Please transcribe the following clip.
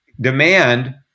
demand